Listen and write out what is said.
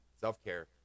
Self-care